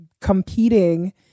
competing